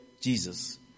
Jesus